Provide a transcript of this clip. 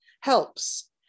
Helps